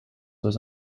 was